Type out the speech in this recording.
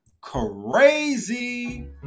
crazy